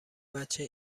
بچه